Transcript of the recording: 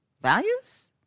values